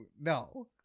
no